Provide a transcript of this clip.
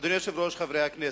אדוני היושב-ראש, חברי הכנסת,